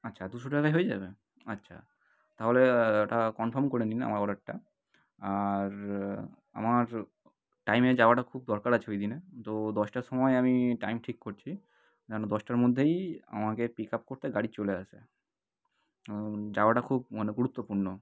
আচ্ছা দুশো টাকায় হয়ে যাবে আচ্ছা তাহলে ওটা কনফার্ম করে নিন না আমার অর্ডারটা আর আমার টাইমে যাওয়াটা খুব দরকার আছে ওই দিনে তো দশটার সময় আমি টাইম ঠিক করছি যেন দশটার মধ্যেই আমাকে পিক আপ করতে গাড়ি চলে আসে যাওয়াটা খুব মানে গুরুত্বপূর্ণ